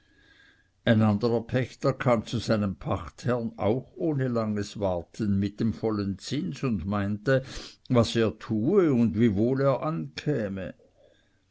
pächter kam zu seinem pachtherren auch ohne langes warten mit dem vollen zins und meinte was er tue und wie wohl er ankäme